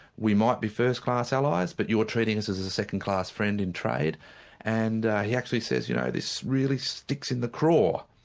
we might be first-class allies but you're treating us as as a second-class friend in trade and he actually says, you know this really sticks in the craw,